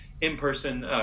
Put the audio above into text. in-person